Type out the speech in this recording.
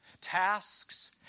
tasks